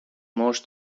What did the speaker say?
مشت